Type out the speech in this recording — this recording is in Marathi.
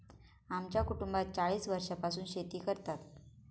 आमच्या कुटुंबात चाळीस वर्षांपासून शेती करतात